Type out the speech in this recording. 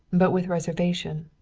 but with reservation.